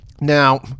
Now